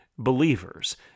Believers